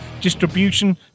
distribution